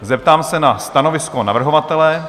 Zeptám se na stanovisko navrhovatele?